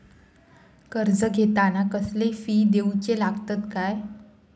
कर्ज घेताना कसले फी दिऊचे लागतत काय?